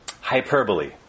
hyperbole